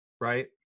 right